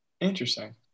Interesting